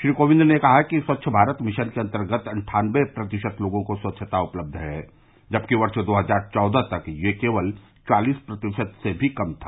श्री कोविंद ने कहा कि स्वच्छ भारत मिशन के अंतर्गत अन्ठानबे प्रतिशत लोगों को स्वच्छता उपलब्ध है जबकि वर्ष दो हजार चौदह तक ये केवल चालिस प्रतिशत से भी कम था